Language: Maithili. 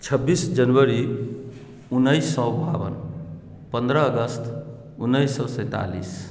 छब्बीस जनवरी उन्नैस सए बावन पन्द्रह अगस्त उन्नैस सए सैंतालिस